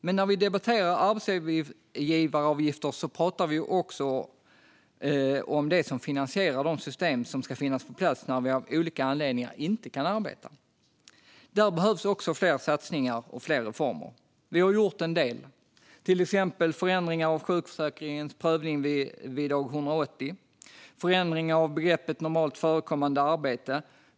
Men när vi debatterar arbetsgivaravgifter pratar vi också om det som finansierar de system som ska finnas på plats när vi av olika anledningar inte kan arbeta. Där behövs också fler satsningar och fler reformer. Vi har infört en del reformer, till exempel förändringar av sjukförsäkringens prövning vid dag 180 och förändringar av begreppet normalt förekommande arbete.